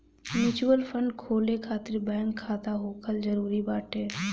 mutual fund खोले खातिर bank खाता होखल जरुरी बाटे